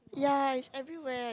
ya it's everywhere